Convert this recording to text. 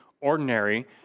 ordinary